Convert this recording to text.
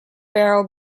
barrel